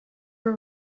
were